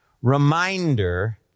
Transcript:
Reminder